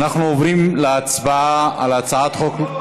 אנחנו עוברים להצבעה על הצעת חוק, לא,